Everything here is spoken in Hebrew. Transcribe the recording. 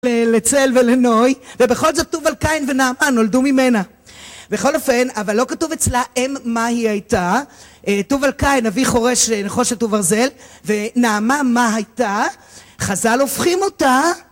לצל ולנוי ובכל זאת טוב אל קיין ונעמה נולדו ממנה בכל אופן אבל לא כתוב אצלה אם מה היא הייתה טוב אל קיין אבי חורש נחושת וברזל ונעמה מה הייתה חזל הופכים אותה